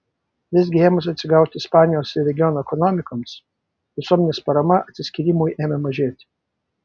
visgi ėmus atsigauti ispanijos ir regiono ekonomikoms visuomenės parama atsiskyrimui ėmė mažėti